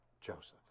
Joseph